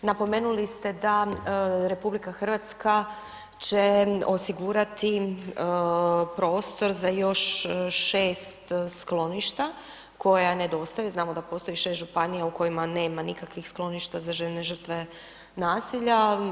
Napomenuli ste da RH će osigurati prostor za još 6 skloništa koja nedostaju, znamo da postoji 6 županija u kojima nema nikakvih skloništa za žene žrtve nasilja.